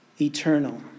eternal